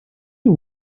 you